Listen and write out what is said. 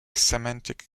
semantic